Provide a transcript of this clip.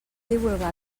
divulgar